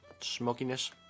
smokiness